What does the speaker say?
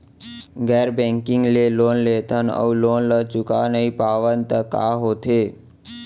गैर बैंकिंग ले लोन लेथन अऊ लोन ल चुका नहीं पावन त का होथे?